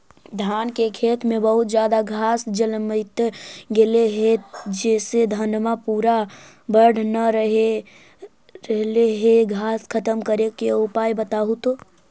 धान के खेत में बहुत ज्यादा घास जलमतइ गेले हे जेसे धनबा पुरा बढ़ न रहले हे घास खत्म करें के उपाय बताहु तो?